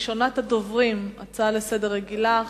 הצעות לסדר-היום מס'